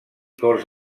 cors